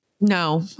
No